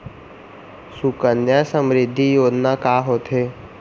सुकन्या समृद्धि योजना का होथे